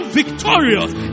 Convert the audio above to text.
victorious